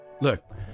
look